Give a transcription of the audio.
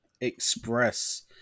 express